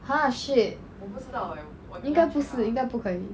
!huh! shit 应该不是应该不可以